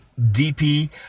DP